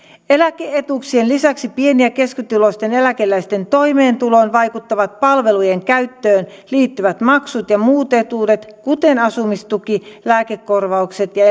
eläke etuuksien lisäksi pieni ja keskituloisten eläkeläisten toimeentuloon vaikuttavat palvelujen käyttöön liittyvät maksut ja muut etuudet kuten asumistuki lääkekorvaukset ja